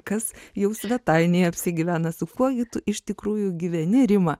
kas jau svetainėje apsigyvena su kuo gi tu iš tikrųjų gyveni rima